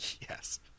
Yes